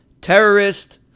Terrorist